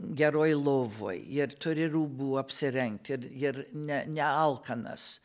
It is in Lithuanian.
geroje lovoje jie turi rūbų apsirengti ir ir ne ne alkanas